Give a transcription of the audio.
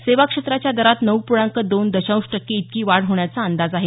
सेवा क्षेत्राच्या दरात नऊ पूर्णांक दोन दशांश टक्के इतकी वाढ होण्याचा अंदाज आहे